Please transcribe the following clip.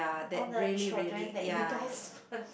all the children that you guys